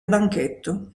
banchetto